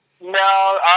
No